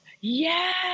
Yes